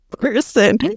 person